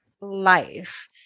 life